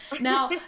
Now